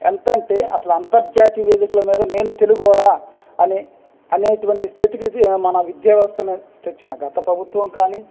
ఎంతంటే అసల అంతర్జాతీయ వేదికల మీద నేను తెలుగోడా అనే అనేటువంటి స్థితికి ఇది మన విద్యా వ్యవస్థ అనేది తెచ్చిన గత ప్రభుత్వం కానీ